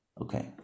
Okay